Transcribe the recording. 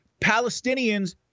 Palestinians